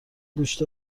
گوشت